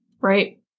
Right